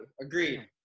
Agreed